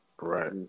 right